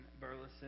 Burleson